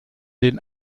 den